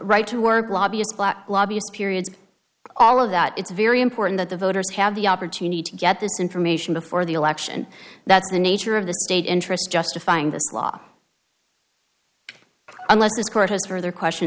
right to work lobbyist black lobbyist periods all of that it's very important that the voters have the opportunity to get this information before the election that's the nature of the state interest justifying this law unless this court has further question